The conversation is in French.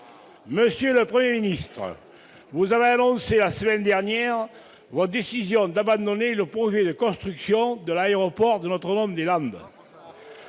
Monsieur le Premier ministre, vous avez annoncé la semaine dernière votre décision d'abandonner le projet de construction de l'aéroport de Notre-Dame-des-Landes.